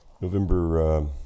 November